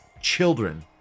children